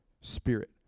spirit